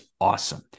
awesome